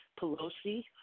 Pelosi